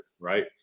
right